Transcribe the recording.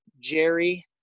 Jerry